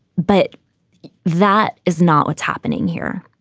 but that is not what's happening here.